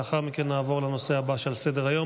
לאחר מכן נעבור לנושא הבא שעל סדר-היום.